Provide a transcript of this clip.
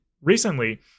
recently